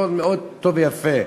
הכול מאוד טוב ויפה.